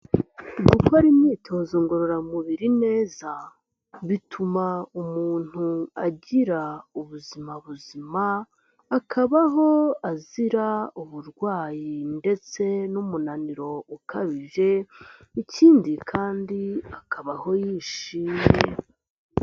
Gukora imyitozo ngororamubiri neza bituma umuntu agira ubuzima buzima, akabaho azira uburwayi ndetse n'umunaniro ukabije, ikindi kandi akabaho yishimye.